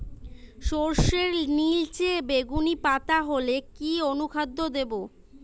সরর্ষের নিলচে বেগুনি পাতা হলে কি অনুখাদ্য দেবো?